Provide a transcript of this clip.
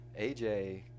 aj